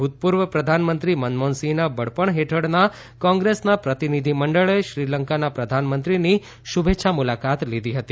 ભૂતપૂર્વ પ્રધાનમત્રી મનમોહનસિંહના વડપણ હેઠળના કોગ્રેસના પ્રતિનિધીમંડળે શ્રીલંકાના પ્રધાનમંત્રીની શુભેચ્છા મુલાકાત લીધી હતી